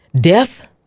Death